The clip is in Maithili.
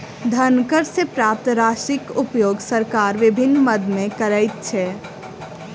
धन कर सॅ प्राप्त राशिक उपयोग सरकार विभिन्न मद मे करैत छै